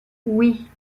oui